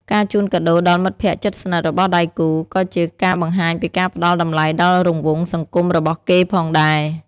ការជូនកាដូដល់មិត្តភក្ដិជិតស្និទ្ធរបស់ដៃគូ ក៏ជាការបង្ហាញពីការផ្ដល់តម្លៃដល់រង្វង់សង្គមរបស់គេផងដែរ។